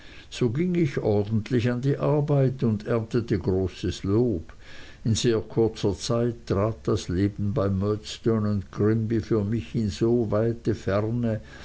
so ging ich ordentlich an die arbeit und erntete großes lob in sehr kurzer zeit trat das leben bei murdstone grinby für mich so in weite ferne